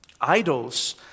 Idols